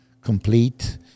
complete